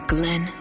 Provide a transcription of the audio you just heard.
Glenn